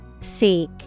Seek